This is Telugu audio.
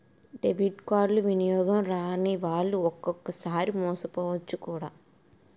డెబిట్ కార్డులు వినియోగం రానివాళ్లు ఒక్కొక్కసారి మోసపోవచ్చు కూడా